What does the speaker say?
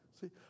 See